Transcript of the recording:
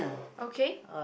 okay